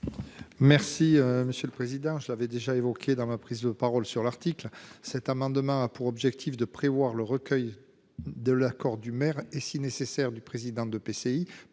Merci monsieur le président je l'avais déjà évoquée dans ma prise de parole sur l'article. Cet amendement a pour objectif de prévoir le recueil de l'accord du maire et si nécessaire du président de EPCI